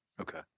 Okay